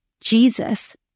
Jesus